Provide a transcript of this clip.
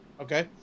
Okay